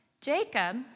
Jacob